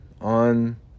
on